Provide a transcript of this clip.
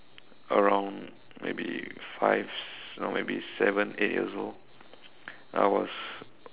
around maybe five around maybe seven eight years old I was